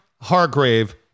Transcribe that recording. Hargrave